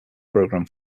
program